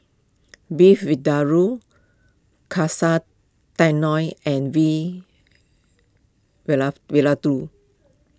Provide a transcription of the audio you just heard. Beef Vindaloo Katsu Tendon and Vindaloo